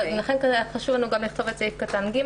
לכן היה חשוב לנו לכתוב גם את סעיף קטן (ג),